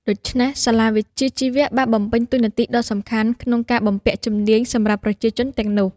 ដូច្នេះ សាលាវិជ្ជាជីវៈបានបំពេញតួនាទីដ៏សំខាន់ក្នុងការបំពាក់ជំនាញសម្រាប់ប្រជាជនទាំងនោះ។